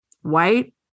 white